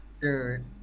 Dude